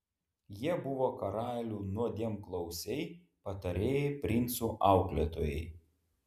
jie buvo karalių nuodėmklausiai patarėjai princų auklėtojai